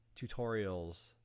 tutorials